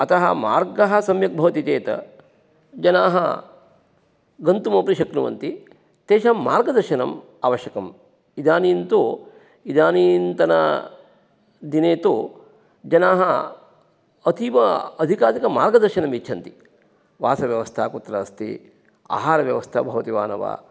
अतः मार्गः सम्यक् भवति चेत् जनाः गन्तुम् अपि शक्नुवन्ति तेषां मार्गदर्शनम् आवश्यकम् इदानीन्तु इदानीन्तन दिने तु जनाः अतीव अधिकाधिकमार्गदर्शनम् इच्छन्ति वासव्यवस्था कुत्र अस्ति आहारव्यवस्था भवति वा न वा